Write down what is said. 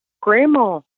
Grandma